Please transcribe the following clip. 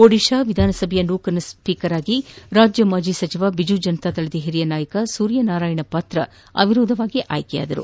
ಒಡಿತಾ ವಿಧಾನಸಭೆಯ ನೂತನ ಸಭಾಧ್ಯಕ್ಷರಾಗಿ ರಾಜ್ಯ ಮಾಜಿ ಸಚಿವ ಬಿಜು ಜನತಾದಳದ ಹಿರಿಯ ಮುಖಂಡ ಸೂರ್ಯನಾರಾಯಣ ಪಾತ್ರ ಅವಿರೋಧವಾಗಿ ಆಯ್ಕೆಯಾಗಿದ್ದಾರೆ